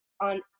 on